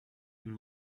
and